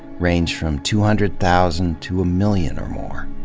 range from two hundred thousand to a million or more.